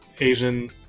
Asian